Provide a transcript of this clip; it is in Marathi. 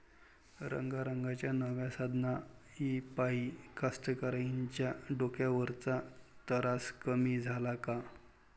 रंगारंगाच्या नव्या साधनाइपाई कास्तकाराइच्या डोक्यावरचा तरास कमी झाला का?